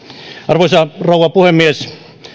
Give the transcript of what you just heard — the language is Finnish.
arvoisa rouva puhemies